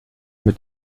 mit